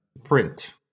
Print